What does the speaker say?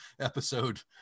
episode